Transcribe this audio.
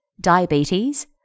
diabetes